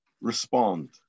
respond